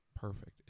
Perfect